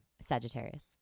Sagittarius